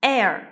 Air